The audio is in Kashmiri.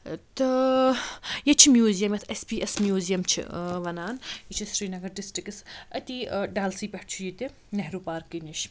تہٕ ییٚتہِ چھِ میوٗزِیَم یَتھ ایس پی ایس میوٗزِیَم چھِ وَنان یہِ چھِ سرینگر ڈِسٹرکَس أتی ڈالسی پٮ۪ٹھ چھُ ییٚتہِ نہروٗ پارکہٕ نِش